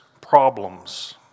problems